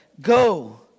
go